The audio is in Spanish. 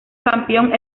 campeón